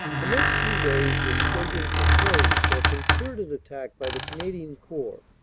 the next few days were spent in preparing for a concerted attack by the canadian corps,